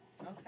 Okay